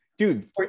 Dude